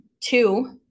Two